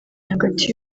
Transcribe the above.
hagati